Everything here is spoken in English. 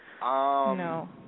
No